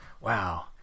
Wow